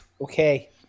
okay